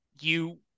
you-